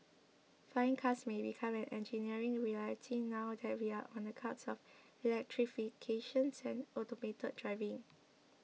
flying cars may become an engineering reality now that we are on the cusp of electrifications and automated driving